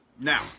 Now